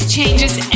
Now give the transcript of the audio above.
Changes